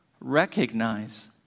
recognize